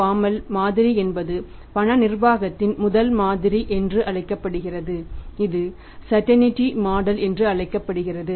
பாமால் என்று அழைக்கப்படுகிறது